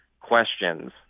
questions